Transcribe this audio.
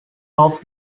off